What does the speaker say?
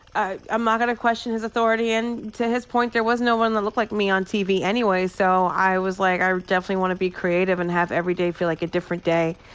i'm not gonna question his authority. and to his point, there was no one that looked like me on tv anyway, so i was, like, i definitely wanna be creative and have every day feel like a different day.